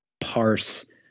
parse